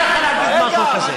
קשה לך להגיד משהו כזה.